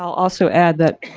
also add that,